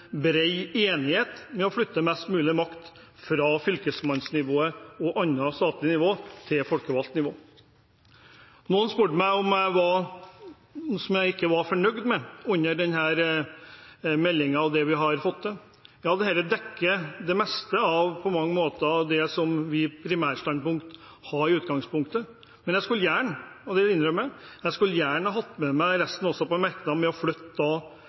enighet om å flytte mest mulig makt fra fylkesmannsnivået og annet statlig nivå til folkevalgt nivå. Noen spurte meg om det var noe jeg ikke var fornøyd med i forbindelse med denne meldingen og det vi har fått til. Ja, dette dekker på mange måter det meste av det som vi i utgangspunktet hadde som primærstandpunkt, men jeg skulle gjerne – og det innrømmer jeg – hatt med meg resten også på merknaden om å flytte